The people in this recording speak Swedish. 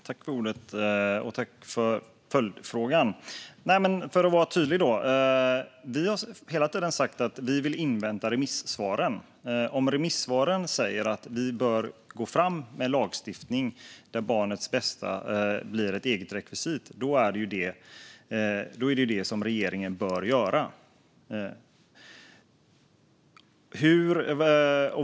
Herr talman! Låt mig vara tydlig. Vi har hela tiden sagt att vi vill invänta remissvaren. Om de säger att regeringen bör gå fram med en lagstiftning med barnets bästa som eget rekvisit bör regeringen göra det.